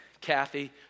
Kathy